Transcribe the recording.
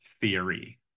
theory